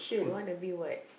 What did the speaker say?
you want to be what